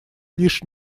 лишь